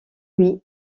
lui